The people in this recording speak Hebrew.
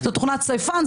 זו תוכנת סייפן,